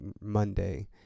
Monday